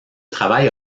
travail